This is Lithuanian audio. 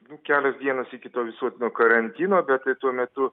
nu kelios dienos iki to visuotino karantino bet tuo metu